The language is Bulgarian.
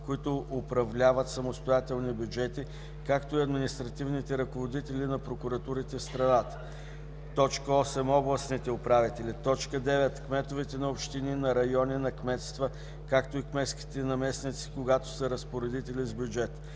които управляват самостоятелни бюджети, както и административните ръководители на прокуратурите в страната; 8. областните управители; 9. кметовете на общини, на райони, на кметства, както и кметските наместници, когато са разпоредители с бюджет;